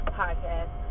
podcast